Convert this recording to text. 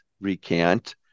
recant